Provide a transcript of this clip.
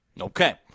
Okay